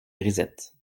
grisettes